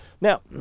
Now